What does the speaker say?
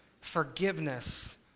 forgiveness